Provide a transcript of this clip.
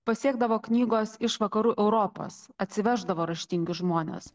pasiekdavo knygos iš vakarų europos atsiveždavo raštingi žmonės